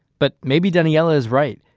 but, maybe daniella is right,